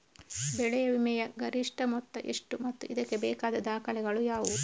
ಬೆಳೆ ವಿಮೆಯ ಗರಿಷ್ಠ ಮೊತ್ತ ಎಷ್ಟು ಮತ್ತು ಇದಕ್ಕೆ ಬೇಕಾದ ದಾಖಲೆಗಳು ಯಾವುವು?